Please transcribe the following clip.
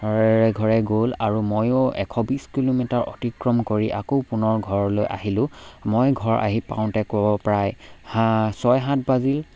ঘৰে ঘৰে গ'ল আৰু ময়ো এশ বিছ কিলোমিটাৰ অতিক্ৰম কৰি আকৌ পুনৰ ঘৰলৈ আহিলোঁ মই ঘৰ আহি পাওঁতে ক প্ৰায় সা ছয় সাত বাজিল